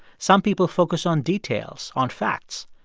some people focus on details, on facts.